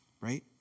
right